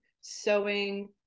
sewing